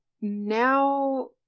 Now